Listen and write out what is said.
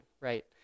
right